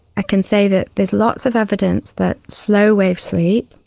i can say that there is lots of evidence that slow wave sleep,